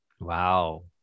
Wow